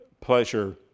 pleasure